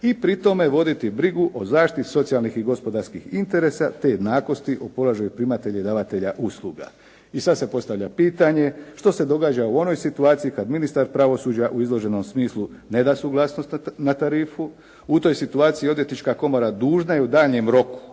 i pri tome voditi brigu o zaštiti socijalnih i gospodarskih interesa te nejednakosti u položaju primatelja i davatelja usluga. I sad se postavlja pitanje što se događa u onoj situaciji kad ministar pravosuđa u izloženom smislu ne da suglasnost na tarifu, u toj situaciji Odvjetnička komora dužna je u daljnjem roku